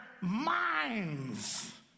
minds